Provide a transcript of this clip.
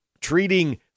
treating